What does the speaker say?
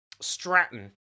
stratton